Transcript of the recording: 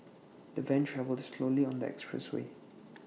the van travelled slowly on the expressway